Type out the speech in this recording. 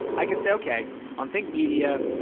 i can say, okay on think media,